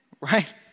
Right